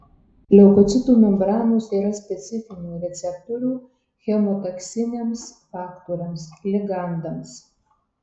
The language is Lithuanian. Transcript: leukocitų membranose yra specifinių receptorių chemotaksiniams faktoriams ligandams